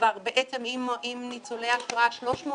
עם ניצולי השואה, 330